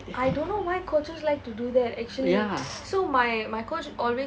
ya